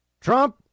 Trump